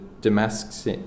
Damascus